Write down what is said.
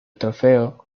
trofeo